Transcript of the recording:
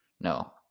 no